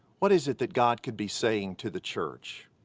what is it that god could be saying to the church?